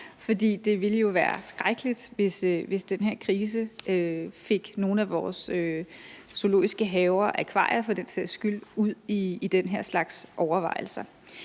for det ville jo være skrækkeligt, hvis den her krise fik nogle af vores zoologiske haver og akvarier for den sags skyld ud i den her slags overvejelser.